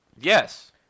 yes